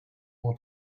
more